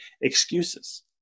excuses